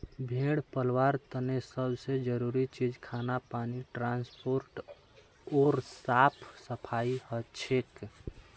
भेड़ पलवार तने सब से जरूरी चीज खाना पानी ट्रांसपोर्ट ओर साफ सफाई हछेक